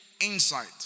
insight